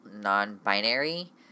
non-binary